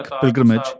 pilgrimage